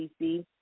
DC